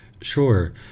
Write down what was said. Sure